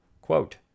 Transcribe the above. Quote